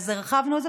אז הרחבנו את זה,